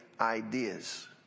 ideas